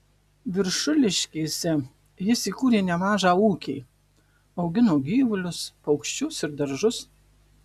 viršuliškėse jis įkūrė nemažą ūkį augino gyvulius paukščius ir daržus